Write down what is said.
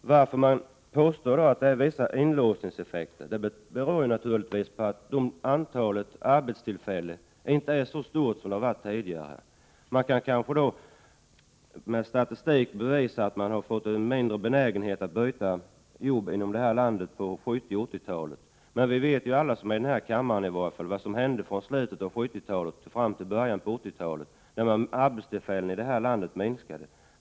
Att moderaterna påstår att det finns vissa inlåsningseffekter grundas naturligtvis på att antalet arbetstillfällen inte är så stort som det har varit tidigare. Då kan man kanske med statistik bevisa att vi har fått en mindre benägenhet att byta jobb på 1970 och 1980-talen. Men alla här i kammaren vet ju vad som hände från slutet av 1970-talet och fram till 1980-talet, när antalet arbetstillfällen här i landet minskade.